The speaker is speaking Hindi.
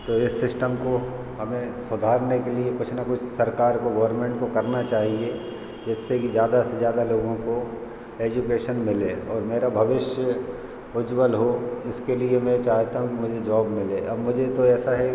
तो इस सिस्टम को हमें सुधारने के लिए कुछ ना कुछ सरकार को गोरमेंट को करना चाहिए जिससे की ज़्यादा से ज़्यादा लोगों को एजुकेसन मिले और मेरा भविष्य उज्ज्वल हो इसके लिए मैं चाहता हूँ कि मुझे जॉब मिले अब मुझे तो ऐसा है